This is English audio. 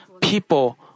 people